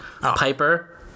Piper—